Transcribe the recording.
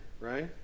right